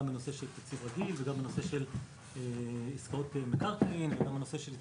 בנושא של תקציב --- וגם בנושא של זכויות מקרקעין והתקשרויות.